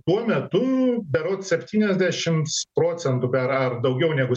tuo metu berods septyniasdešimts procentų ar ar daugiau negu